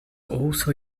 also